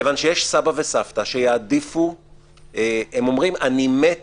כיוון שיש סבא וסבתא שאומרים אני מת